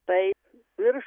taip virš